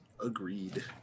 Agreed